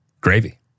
Gravy